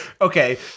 Okay